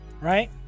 right